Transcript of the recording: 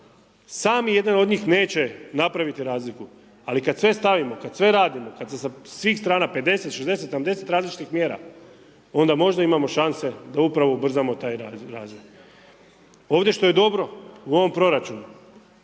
sam ni jedan od njih neće napraviti razliku. Ali kad sve stavimo kad sve radio kad se sa svih strana 50, 60, 70 različitih mjera onda možda imamo šanse da upravo ubrzamo taj razvoj. Ovdje što je dobro u ovom proračunu